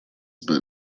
but